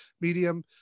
medium